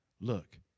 Look